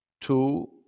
two